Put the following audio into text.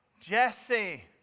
Jesse